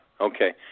Okay